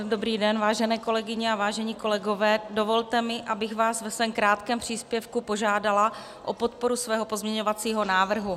Dobrý den, vážené kolegyně a vážení kolegové, dovolte mi, abych vás ve svém krátkém příspěvku požádala o podporu svého pozměňovacího návrhu.